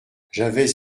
j’avais